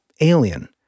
Alien